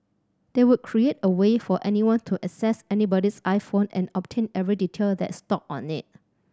they would create a way for anyone to access anybody's iPhone and obtain every detail that's stored on it